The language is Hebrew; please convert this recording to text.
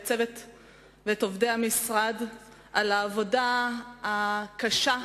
ואת עובדי המשרד על העבודה הקשה,